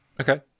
Okay